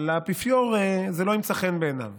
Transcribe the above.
האפיפיור, זה לא ימצא חן בעיניו.